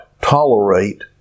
tolerate